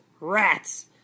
Rats